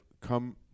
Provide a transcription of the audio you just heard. come